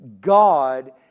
God